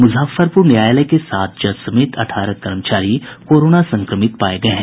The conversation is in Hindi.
मुजफ्फरपुर न्यायालय के सात जज समेत अठारह कर्मचारी कोरोना संक्रमित पाये गये हैं